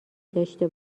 داشته